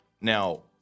Now